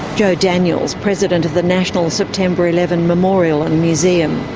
joe daniels, president of the national september eleven memorial and museum.